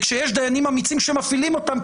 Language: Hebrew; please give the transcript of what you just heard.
וכשיש דיינים אמיצים שמפעילים אותם,